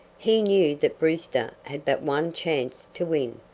he knew that brewster had but one chance to win,